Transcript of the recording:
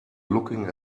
looking